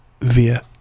via